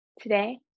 Today